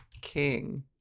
king